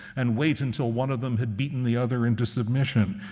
and wait until one of them had beaten the other into submission.